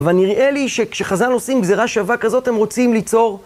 אבל נראה לי שכשחז"ל עושים גזירה שווה כזאת, הם רוצים ליצור...